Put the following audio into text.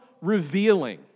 revealing